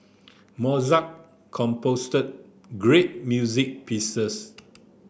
Mozart composed great music pieces